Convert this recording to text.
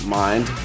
mind